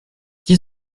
qui